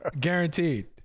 guaranteed